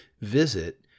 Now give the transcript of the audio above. Visit